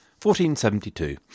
1472